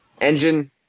engine